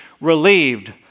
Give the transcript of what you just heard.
relieved